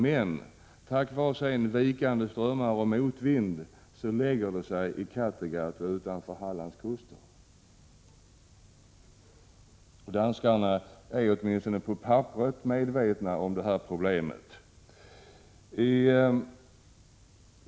Men på grund av vikande strömmar och motvind lägger de sig sedan i Kattegatt och utanför Hallandskusten. Danskarna är åtminstone på papperet medvetna om det här problemet.